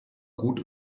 gut